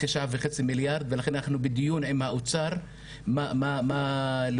9.5 מיליארד ולכן אנחנו בדיון עם האוצר מה להוריד,